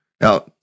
Now